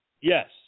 Yes